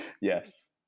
Yes